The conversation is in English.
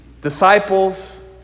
disciples